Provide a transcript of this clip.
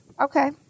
Okay